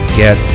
get